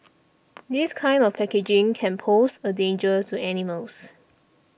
this kind of packaging can pose a danger to animals